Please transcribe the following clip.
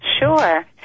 Sure